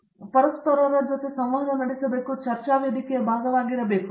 ಮತ್ತು ಅವರು ಪರಸ್ಪರರ ಜೊತೆ ಸಂವಹನ ನಡೆಸಬೇಕು ಮತ್ತು ಅವರು ಚರ್ಚಾ ವೇದಿಕೆಯ ಭಾಗವಾಗಿರಬೇಕು